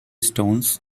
stones